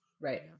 right